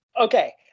Okay